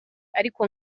ariko